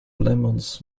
lemons